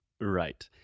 Right